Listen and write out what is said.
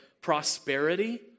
prosperity